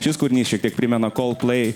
šis kūrinys šiek tiek primena coldplay